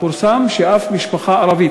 פורסם שאף משפחה ערבית,